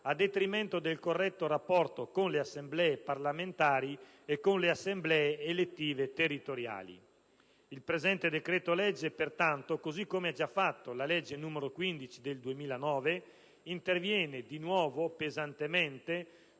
a detrimento del corretto rapporto con le Assemblee parlamentari e con le assemblee elettive territoriali. Il presente decreto‑legge, pertanto, così come ha già fatto la legge n. 15 del 2009, interviene di nuovo pesantemente